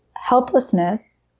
helplessness